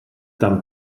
tam